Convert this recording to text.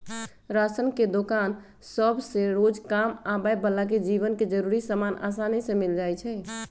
ration के दोकान सभसे रोजकाम आबय बला के जीवन के जरूरी समान असानी से मिल जाइ छइ